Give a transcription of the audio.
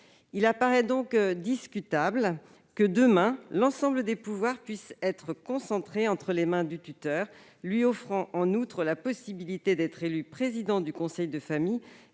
Il apparaît donc discutable que, demain, l'ensemble des pouvoirs puissent être concentrés entre les mains du tuteur, lui offrant en outre la possibilité d'être élu président du conseil de famille